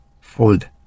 fold